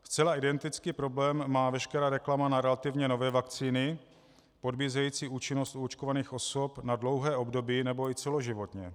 Zcela identický problém má veškerá reklama na relativně nové vakcíny podbízející účinnost u očkovaných osob na dlouhé období nebo i celoživotně.